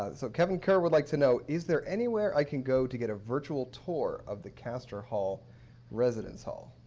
ah so kevin kerr would like to know is there anywhere i can go to get a virtual tour of the castor hall residence hall?